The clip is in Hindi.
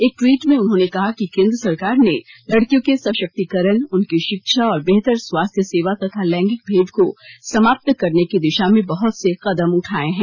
एक ट्वीट में उन्होंने कहा कि केंद्र सरकार ने लडकियों के सशक्तिकरण उनकी शिक्षा और बेहतर स्वास्थ्य सेवा तथा लैंगिक भेद को समाप्त करने की दिशा में बहुत से कदम उठाए हैं